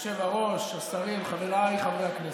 היושב-ראש, השרים, חבריי חברי הכנסת,